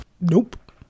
Nope